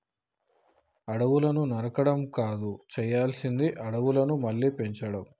అడవులను నరకడం కాదు చేయాల్సింది అడవులను మళ్ళీ పెంచడం